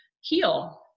heal